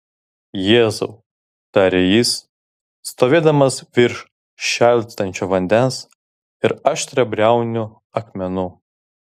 jėzau tarė jis stovėdamas virš šėlstančio vandens ir aštriabriaunių akmenų